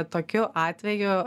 tokiu atveju